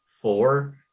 four